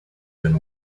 been